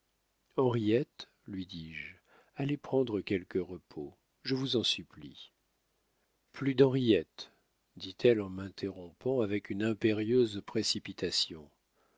henriette lui dis-je allez prendre quelque repos je vous en supplie plus d'henriette dit-elle en m'interrompant avec une impérieuse précipitation